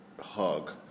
hug